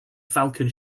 falcon